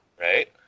Right